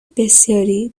بسیاری